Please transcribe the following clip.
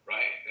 Right